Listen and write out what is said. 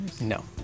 No